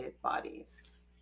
bodies